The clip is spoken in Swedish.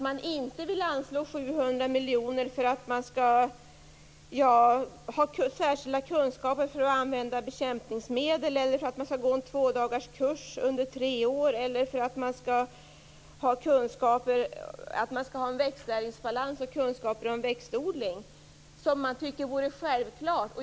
Man vill inte anslå 700 miljoner för att ge särskilda kunskaper i användning av bekämpningsmedel, för en tvådagarskurs under tre år, för att det skall vara växtnäringsbalans eller för att ge kunskaper om växtodling. Detta tycker man vore självklart.